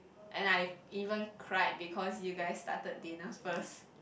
and I even cried because you guys started dinner first